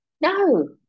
No